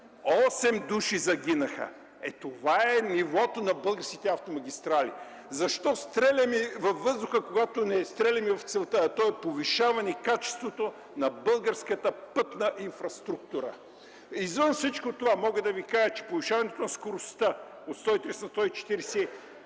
души загинаха! Е, това е нивото на българските автомагистрали! Защо стреляме във въздуха, когато не стреляме в целта, а то е повишаване качеството на българската пътна инфраструктура. Извън всичко това мога да Ви кажа, че повишаването на скоростта от 130 на 140